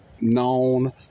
known